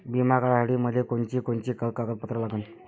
बिमा काढासाठी मले कोनची कोनची कागदपत्र लागन?